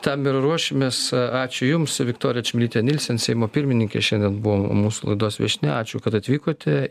tam ir ruošimės ačiū jums viktorija čmilytė nilsen seimo pirmininkė šiandien buvo mūsų laidos viešnia ačiū kad atvykote